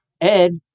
Ed